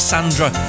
Sandra